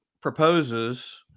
proposes